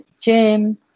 gym